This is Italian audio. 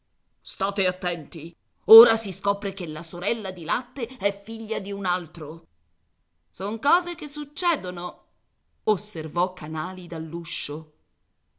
state attenti ora si scopre che la sorella di latte è figlia di un altro son cose che succedono osservò canali dall'uscio